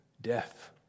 death